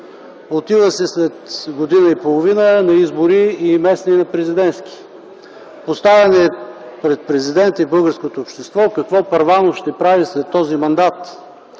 Отива се след година и половина на избори – и местни, и президентски. Поставено е пред президента и пред българското общество какво Първанов ще прави след този мандат.